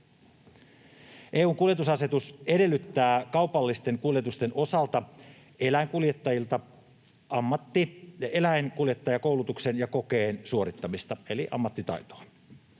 EU:n kuljetusasetus edellyttää kaupallisten kuljetusten osalta eläinkuljettajilta ammattieläinkuljettajakoulutuksen ja ‑kokeen suorittamista eli ammattitaitoa.